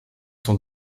son